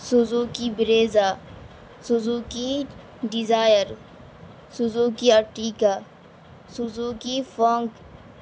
Suzuki Brezza Suzuki Dzire Suzuki Ertiga Suzuki فونک